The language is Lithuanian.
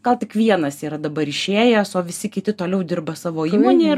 gal tik vienas yra dabar išėjęs o visi kiti toliau dirba savo įmonėje ir